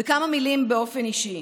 וכמה מילים באופן אישי: